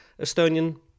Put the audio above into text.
Estonian